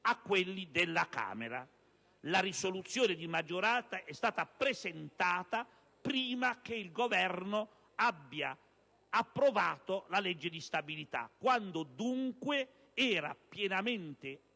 a quelli della Camera. La proposta di risoluzione di maggioranza è stata presentata prima che il Governo avesse approvato la legge di stabilità, quando, dunque, era pienamente